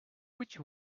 which